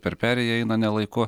per perėją eina ne laiku